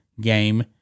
game